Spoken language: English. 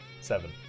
Seven